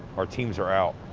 our teams are out.